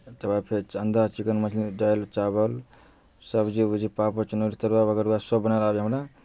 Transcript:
तकर बाद फेर अण्डा चिकन मछली दालि चावल सब्जी उब्जी पापड़ चरौरी तरुआ बगरुआ सभ बनाएल आबैए हमरा